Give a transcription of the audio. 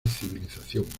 civilización